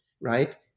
right